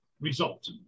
result